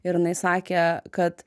ir jinai sakė kad